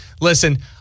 listen